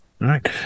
right